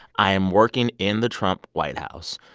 i am working in the trump white house,